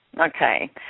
Okay